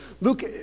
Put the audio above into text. Luke